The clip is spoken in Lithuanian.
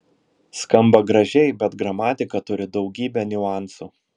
skamba gražiai bet gramatika turi daugybę niuansų